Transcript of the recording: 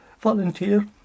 volunteer